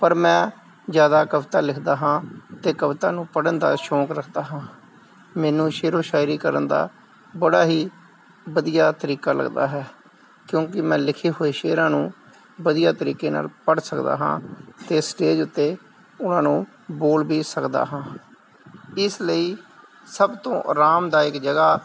ਪਰ ਮੈਂ ਜ਼ਿਆਦਾ ਕਵਿਤਾ ਲਿਖਦਾ ਹਾਂ ਤੇ ਕਵਿਤਾ ਨੂੰ ਪੜ੍ਹਨ ਦਾ ਸ਼ੌਂਕ ਰੱਖਦਾ ਹਾਂ ਮੈਨੂੰ ਸ਼ੇਅਰੋ ਸ਼ਾਇਰੀ ਕਰਨ ਦਾ ਬੜਾ ਹੀ ਵਧੀਆ ਤਰੀਕਾ ਲੱਗਦਾ ਹੈ ਕਿਉਂਕਿ ਮੈਂ ਲਿਖੇ ਹੋਏ ਸ਼ੇਅਰਾਂ ਨੂੰ ਵਧੀਆ ਤਰੀਕੇ ਨਾਲ ਪੜ੍ਹ ਸਕਦਾ ਹਾਂ ਅਤੇ ਸਟੇਜ ਉੱਤੇ ਉਹਨਾਂ ਨੂੰ ਬੋਲ ਵੀ ਸਕਦਾ ਹਾਂ ਇਸ ਲਈ ਸਭ ਤੋਂ ਆਰਾਮਦਾਇਕ ਜਗ੍ਹਾ